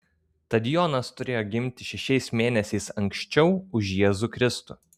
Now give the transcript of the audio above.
tad jonas turėjo gimti šešiais mėnesiais anksčiau už jėzų kristų